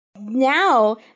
now